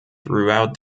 throughout